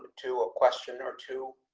to a question or two.